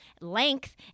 length